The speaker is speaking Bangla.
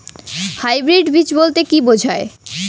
হাইব্রিড বীজ বলতে কী বোঝায়?